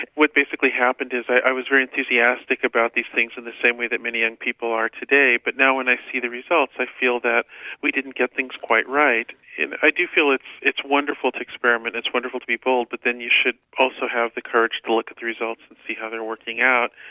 what basically happened is i was very enthusiastic about these things in the same way that many young people are today, but now when i see the results, i feel that we didn't get things quite right. i do feel it's it's wonderful to experiment, it's wonderful to be bold, but then you should also have the courage to look at the results to see how they're working out,